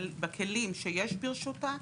בכלים שיש ברשותה,